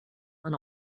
and